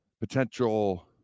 potential